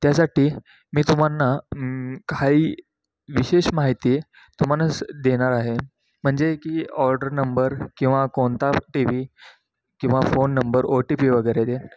त्यासाठी मी तुम्हाला काही विशेष माहिती तुम्हालाच देणार आहे म्हणजे की ऑर्डर नंबर किंवा कोणता टी वी किंवा phone number O T P वगैरे दे